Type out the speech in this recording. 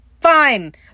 Fine